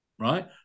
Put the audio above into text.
right